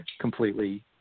completely